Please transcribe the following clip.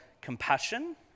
compassion